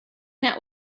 that